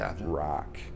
rock